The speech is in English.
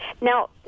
Now